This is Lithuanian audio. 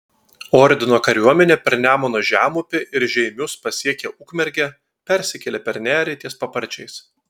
ordino kariuomenė per nemuno žemupį ir žeimius pasiekė ukmergę persikėlė per nerį ties paparčiais